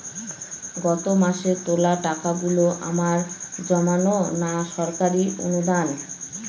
গত মাসের তোলা টাকাগুলো আমার জমানো না সরকারি অনুদান?